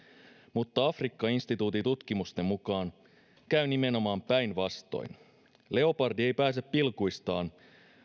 mutta afrikka instituutin tutkimusten mukaan käy nimenomaan päinvastoin leopardi ei pääse pilkuistaan